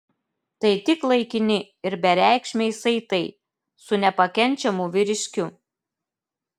tai tik laikini ir bereikšmiai saitai su nepakenčiamu vyriškiu